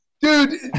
dude